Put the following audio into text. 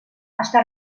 està